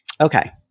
Okay